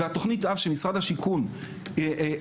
והתוכנית אב שמשרד השיכון ערכה,